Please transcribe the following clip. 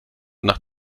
nach